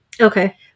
Okay